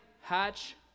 hatch